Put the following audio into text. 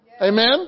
Amen